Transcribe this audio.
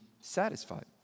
satisfied